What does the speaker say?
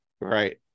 right